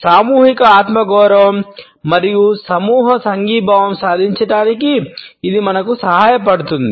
సామూహిక ఆత్మగౌరవం మరియు సమూహ సంఘీభావం సాధించడానికి ఇది మనకు సహాయపడుతుంది